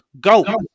Go